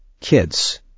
kids